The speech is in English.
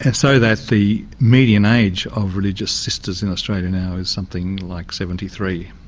and so that the median age of religious sisters in australia now is something like seventy three.